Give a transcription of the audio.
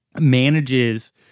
manages